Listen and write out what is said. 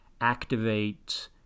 activate